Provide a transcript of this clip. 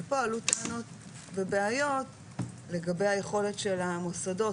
אבל פה עלו טענות ובעיות לגבי היכולת של המוסדות,